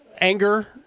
anger